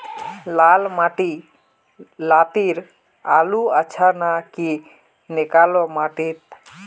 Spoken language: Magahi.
लाल माटी लात्तिर आलूर अच्छा ना की निकलो माटी त?